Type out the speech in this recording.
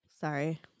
Sorry